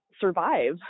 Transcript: survive